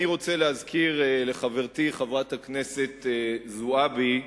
אני רוצה להזכיר לחברתי, חברת הכנסת זועבי,